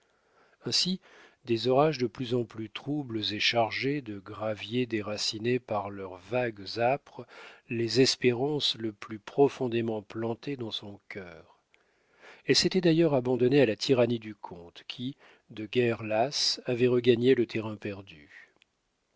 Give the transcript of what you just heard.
ainsi des orages de plus en plus troubles et chargés de graviers déracinaient par leurs vagues âpres les espérances le plus profondément plantées dans son cœur elle s'était d'ailleurs abandonnée à la tyrannie du comte qui de guerre lasse avait regagné le terrain perdu